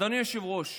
אדוני היושב-ראש,